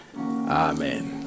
Amen